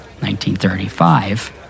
1935